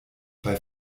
bei